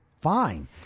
fine